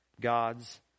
God's